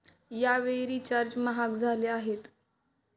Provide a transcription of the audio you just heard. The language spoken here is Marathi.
यावेळी रिचार्ज महाग झाले आहेत